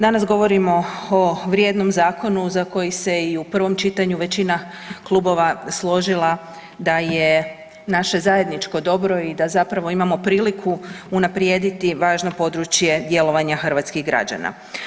Danas govorimo o vrijednom zakonu za koji se i u prvom čitanju većina klubova složila da je naše zajedničko dobro i da zapravo imamo priliku unaprijediti važno područje djelovanja hrvatskih građana.